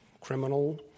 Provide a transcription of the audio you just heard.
criminal